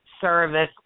service